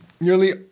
Nearly